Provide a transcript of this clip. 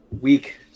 week